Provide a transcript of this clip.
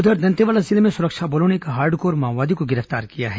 उधर दंतेवाड़ा जिले में सुरक्षा बलों ने एक हार्डकोर माओवादी को गिरफ्तार किया है